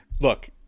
look